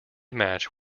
match